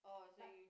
back